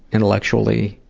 intellectually.